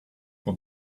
for